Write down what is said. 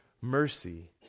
mercy